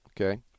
okay